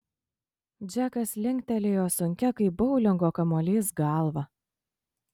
džekas linktelėjo sunkia kaip boulingo kamuolys galva